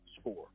score